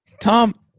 Tom